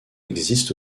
existe